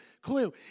clue